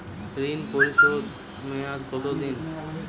ঋণ পরিশোধের মেয়াদ কত দিন?